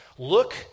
Look